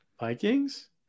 Vikings